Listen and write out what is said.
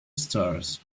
stars